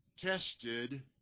tested